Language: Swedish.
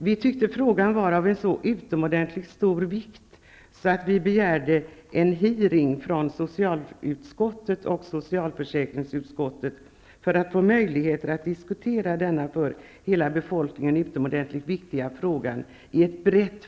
Vi tyckte att frågan var av så utomordentligt stor vikt för hela befolkningen att vi i socialutskottet och socialförsäkringsutskottet begärde en utfrågning för att få möjlighet att diskutera den i ett brett forum, vilket också skedde.